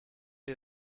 ihr